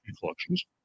collections